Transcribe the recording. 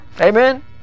Amen